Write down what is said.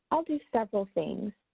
i'll do several things.